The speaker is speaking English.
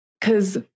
cause